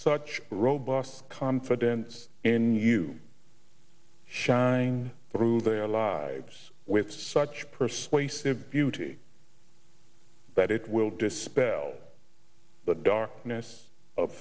such robust confidence in you shine through their lives with such persuasive beauty that it will dispel the darkness of